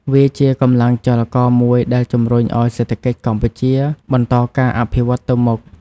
វាជាកម្លាំងចលករមួយដែលជំរុញឱ្យសេដ្ឋកិច្ចកម្ពុជាបន្តការអភិវឌ្ឍទៅមុខ។